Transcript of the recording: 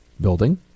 building